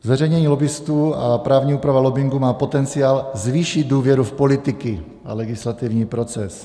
Zveřejnění lobbistů a právní úprava lobbingu má potenciál zvýšit důvěru v politiky a legislativní proces.